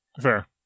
Fair